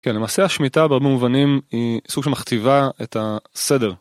כן למעשה השמיטה בהרבה מובנים היא סוג של מכתיבה את הסדר.